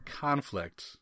conflict